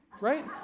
right